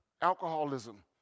alcoholism